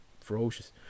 ferocious